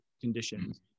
conditions